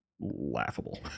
laughable